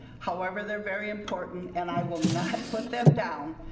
however, they are very important and i will not put them down.